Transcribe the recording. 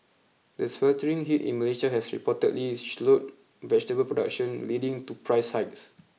the sweltering heat in Malaysia has reportedly slowed vegetable production leading to price hikes